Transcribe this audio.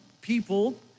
people